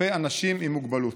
כלפי אנשים עם מוגבלות.